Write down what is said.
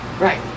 Right